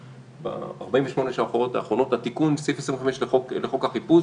ב-48 שעות האחרונות תיקון סעיף 25 לחוק החיפוש,